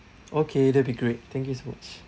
okay that'll be great thank you so much